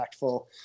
impactful